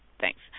Thanks